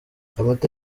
amata